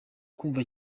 kumva